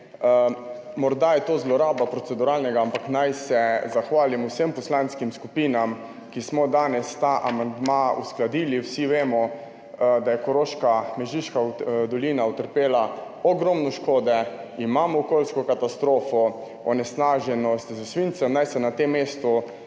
Morda je to zloraba proceduralnega, ampak naj se zahvalim vsem poslanskim skupinam, ki smo danes ta amandma uskladili. Vsi vemo, da je Koroška, Mežiška dolina utrpela ogromno škode. Imamo okoljsko katastrofo, onesnaženost s svincem. Naj se na tem mestu